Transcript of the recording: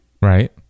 Right